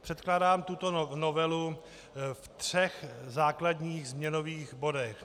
Předkládám tuto novelu ve třech základních změnových bodech.